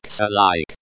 alike